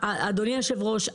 אדוני היושב-ראש,